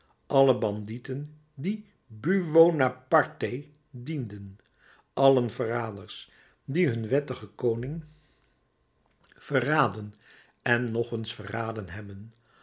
allen bandieten die bu o naparté dienden allen verraders die hun wettigen koning verraden en nog eens verraden hebben